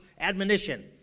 admonition